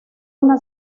una